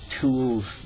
tools